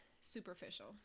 superficial